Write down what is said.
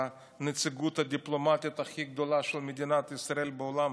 הנציגות הדיפלומטית הכי גדולה של מדינת ישראל בעולם,